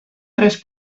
tres